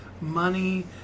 money